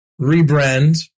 rebrand